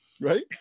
right